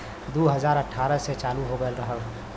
दू हज़ार अठारह से चालू हो गएल रहे